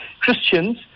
Christians